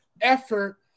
effort